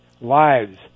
lives